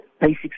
basic